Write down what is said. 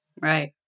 Right